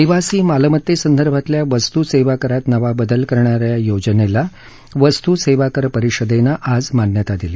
निवासी मालमत्ते संदर्भातल्या वस्तू सेवा करात नवा बदल करणाऱ्या योजनेला वस्तू सेवा कर परिषदेनं आज मान्यता दिली